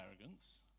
arrogance